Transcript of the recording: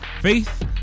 faith